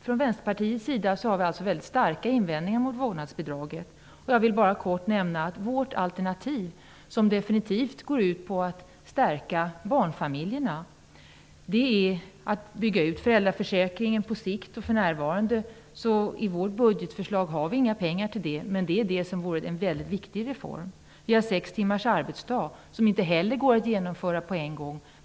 Från Vänsterpartiets sida har vi alltså starka invändningar mot vårdnadsbidraget, och jag vill bara kort nämna att vårt alternativ, som definitivt går ut på att stärka barnfamiljerna, är att på sikt bygga ut föräldraförsäkringen. För närvarande har vi inga pengar till det i vårt budgetförslag, men det är annars det som vore en väldigt viktig reform. Vi vill också ha sex timmars arbetsdag, som inte heller går att genomföra på en gång.